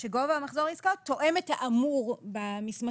שגובה מחזור העסקאות תואם את האמור במסמכים.